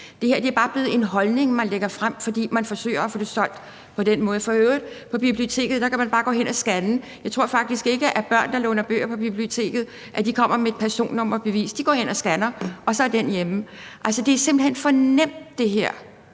Det her er bare blevet en holdning, man lægger frem, fordi man forsøger at få det solgt på den måde. For øvrigt kan man på biblioteket bare gå hen og scanne. Jeg tror faktisk ikke, at børn, der låner bøger på biblioteket, kommer med et personnummerbevis. De går hen og scanner, og så er den hjemme. Altså, det her er simpelt hen for nemt, altså